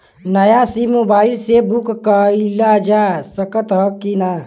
नया SIM mobile से book कइलजा सकत ह कि ना?